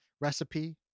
recipe